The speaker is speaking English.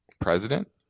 president